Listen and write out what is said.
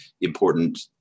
important